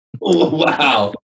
wow